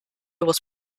was